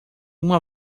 uma